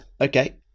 Okay